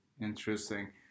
Interesting